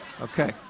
Okay